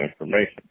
information